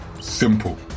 Simple